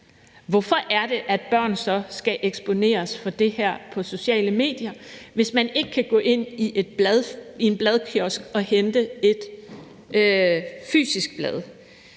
Hvorfor er det så, at børn skal eksponeres for det her på sociale medier, hvis man ikke kan gå ind i en bladkiosk og hente et fysisk blad?